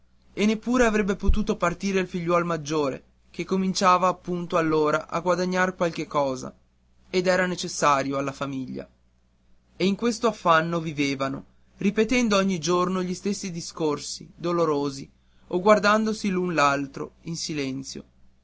e neppure avrebbe potuto partire il figliuol maggiore che cominciava appunto allora a guadagnar qualche cosa ed era necessario alla famiglia e in questo affanno vivevano ripetendo ogni giorno gli stessi discorsi dolorosi o guardandosi l'un l'altro in silenzio